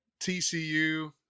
TCU